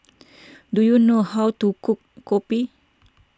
do you know how to cook Kopi